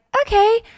okay